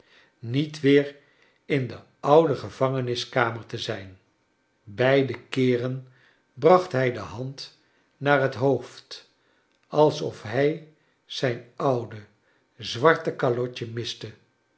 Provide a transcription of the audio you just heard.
niet weer in de oude gevangeniskamer te zijn beide keeren bracht hij de hand naar het hoofd alsof hij zijn oude zwarte calotje miste